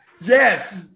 Yes